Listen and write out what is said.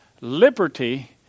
Liberty